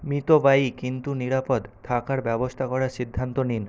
মিতব্যয়ী কিন্তু নিরাপদ থাকার ব্যবস্তা করার সিদ্ধান্ত নিন